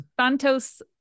Santos